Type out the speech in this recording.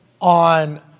on